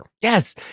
yes